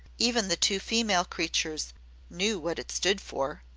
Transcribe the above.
even the two female creatures knew what it stood for.